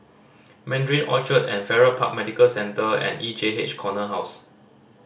Mandarin Orchard Farrer Park Medical Centre and E J H Corner House